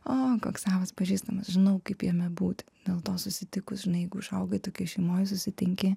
o koks savas pažįstamas žinau kaip jame būti dėl to susitikus žinaijeigu užaugai tokioj šeimoj susitinki